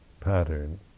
pattern